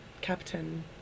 Captain